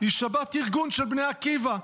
היא שבת ארגון של בני עקיבא.